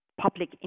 public